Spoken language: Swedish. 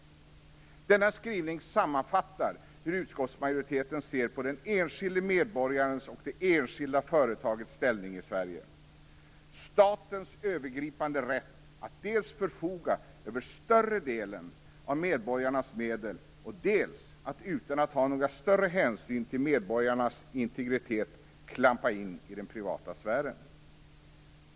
Denna skrivning sammanfattar hur utskottsmajoriteten ser på den enskilde medborgarens och det enskilda företagets ställning i Sverige: Staten har en övergripande rätt dels att förfoga över större delen av medborgarnas medel, dels att utan att ta några större hänsyn till medborgarnas integritet klampa in i den privata sfären.